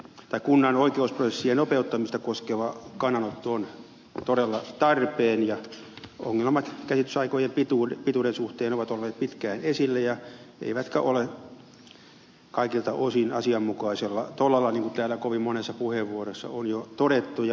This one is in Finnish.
perustuslakivaliokunnan oikeusprosessien nopeuttamista koskeva kannanotto on todella tarpeen ja ongelmat käsittelyaikojen pituuden suhteen ovat olleet pitkään esillä eivätkä ole kaikilta osin asianmukaisella tolalla niin kuin täällä kovin monessa puheenvuorossa on jo todettu ja muun muassa ed